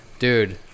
Dude